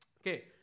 Okay